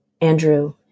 Andrew